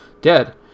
dead